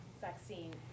vaccine